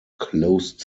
closed